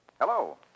Hello